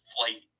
Flight